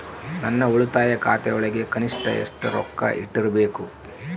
ನನ್ನ ಉಳಿತಾಯ ಖಾತೆಯೊಳಗ ಕನಿಷ್ಟ ಎಷ್ಟು ರೊಕ್ಕ ಇಟ್ಟಿರಬೇಕು?